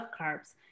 carbs